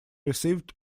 received